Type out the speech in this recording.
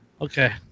Okay